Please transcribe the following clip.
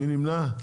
מי נמנע.